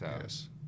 yes